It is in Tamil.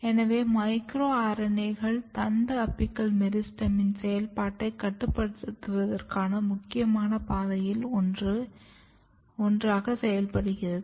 எனவே மைக்ரோ RNA கள் தண்டு அபிக்கல் மெரிஸ்டெமின் செயல்பாட்டைக் கட்டுப்படுத்துவதற்கான முக்கியமான பாதையில் ஒன்றாக செயல்படுகின்றது